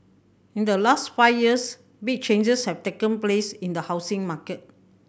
in the last five years big changes have taken place in the housing market